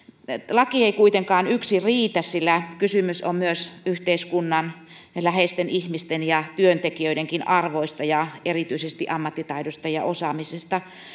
laki ei kuitenkaan yksin riitä sillä kysymys on myös yhteiskunnan ja läheisten ihmisten ja työntekijöidenkin arvoista ja erityisesti ammattitaidosta ja osaamisesta